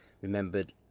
remembered